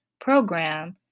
program